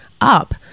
up